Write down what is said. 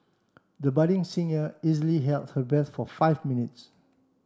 the budding easily held her breath for five minutes